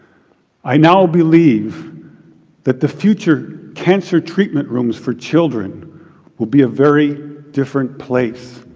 i now believe that the future cancer treatment rooms for children will be a very different place.